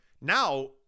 now